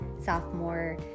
sophomore